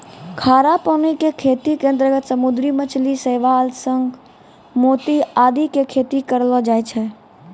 खारा पानी के खेती के अंतर्गत समुद्री मछली, शैवाल, शंख, मोती आदि के खेती करलो जाय छै